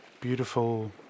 beautiful